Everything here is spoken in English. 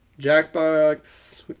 Jackbox